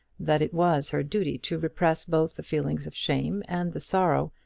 that it was her duty to repress both the feeling of shame and the sorrow,